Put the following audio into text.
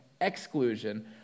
exclusion